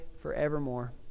forevermore